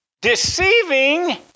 deceiving